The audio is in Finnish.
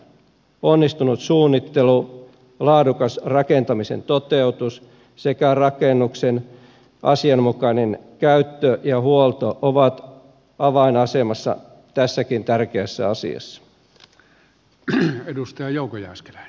onnistunut suunnittelu laadukas rakentamisen toteutus sekä rakennuksen asianmukainen käyttö ja huolto ovat avainasemassa tässäkin tärkeässä asiassa